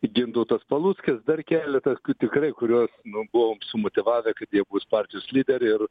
gintautas paluckas dar keletas tų tikrai kuriuos nu buvo motyvavę kad jie bus partijos lyderiai ir